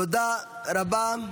תודה רבה.